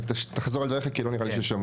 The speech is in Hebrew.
רק תחזור על דבריך כי לא נראה לי ששמעו.